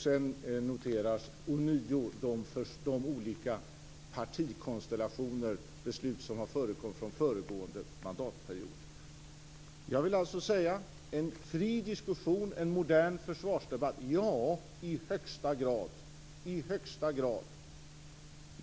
Sedan noteras ånyo att respekt skall visas för beslut som har fattats av andra partikonstellationer under föregående mandatperiod. Jag vill alltså säga att vi i högsta grad skall ha en fri diskussion och en modern försvarsdebatt.